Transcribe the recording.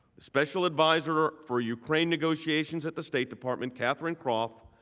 special advisor for ukraine negotiations at the state department, catherine croft,